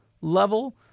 level